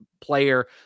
player